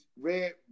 Red